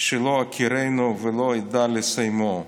שלא אכירנו ולא אדע לסיימו".